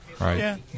Right